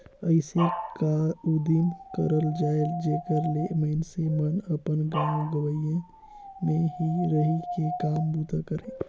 अइसे का उदिम करल जाए जेकर ले मइनसे मन अपन गाँव गंवई में ही रहि के काम बूता करें